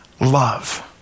love